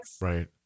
Right